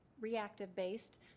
reactive-based